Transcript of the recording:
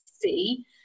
see